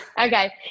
Okay